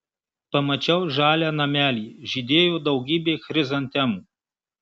pamačiau žalią namelį žydėjo daugybė chrizantemų